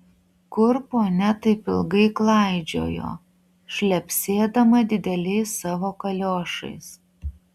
kur ponia taip ilgai klaidžiojo šlepsėdama dideliais savo kaliošais